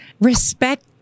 respect